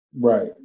Right